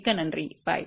மிக்க நன்றி பை